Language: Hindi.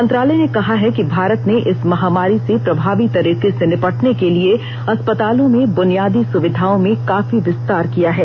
मंत्रालय ने कहा है कि भारत ने इस महामारी से प्रभावी तरीके से निपटने के लिए अस्पतालों में बुनियादी सुविधाओं में काफी विस्तार किया है